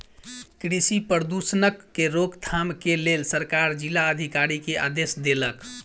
कृषि प्रदूषणक के रोकथाम के लेल सरकार जिला अधिकारी के आदेश देलक